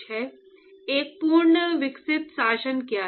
एक पूर्ण विकसित शासन क्या है